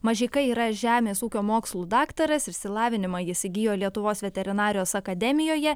mažeika yra žemės ūkio mokslų daktaras išsilavinimą jis įgijo lietuvos veterinarijos akademijoje